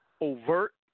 overt